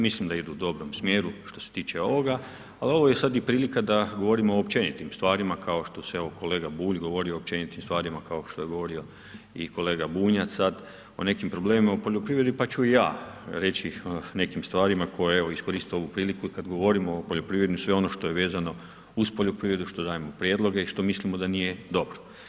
Mislim da idu u dobrom smjeru što se tiče ovoga, ali ovo je sada i prilika da govorimo o općenitim stvarima, kao što se evo, kolega Bulj govori o općenitim stvarima, kao što je govorio i kolega Bunjac, sada, o nekim problemima u poljoprivredi, pa ću i ja reći o nekim stvarima, koje bi iskoristio ovu priliku, kada govorimo o poljoprivredi i sve ono što je vezano uz poljoprivredu, što dajemo prijedloge i što mislimo da nije dobro.